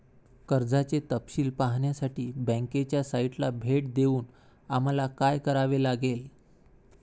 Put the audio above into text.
कर्जाचे तपशील पाहण्यासाठी बँकेच्या साइटला भेट देऊन आम्हाला काय करावे लागेल?